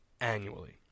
Annually